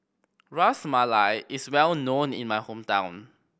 Ras Malai is well known in my hometown